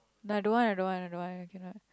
I don't want I don't want I don't want I cannot